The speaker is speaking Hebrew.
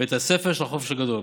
בית הספר של החופש הגדול.